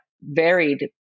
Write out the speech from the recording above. varied